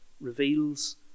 reveals